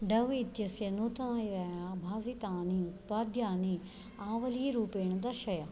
Dove इत्यस्य नूतनतया भासितानि उत्पाद्यानि आवलीरूपेण दर्शय